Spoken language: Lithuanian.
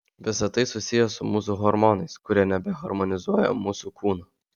visa tai susiję su mūsų hormonais kurie nebeharmonizuoja mūsų kūno